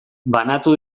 banatu